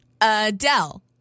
Adele